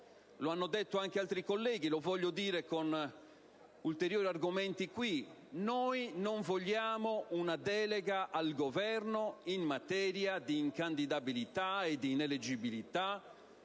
Lo hanno detto anche altri colleghi. Lo voglio dire con ulteriori argomenti qui. Noi non vogliamo una delega al Governo in materia di incandidabilità o di ineleggibilità